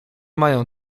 mają